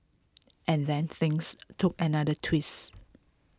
and then things took another twist